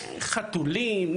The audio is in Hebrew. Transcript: חתולים,